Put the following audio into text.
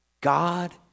God